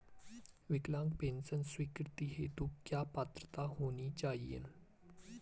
विकलांग पेंशन स्वीकृति हेतु क्या पात्रता होनी चाहिये?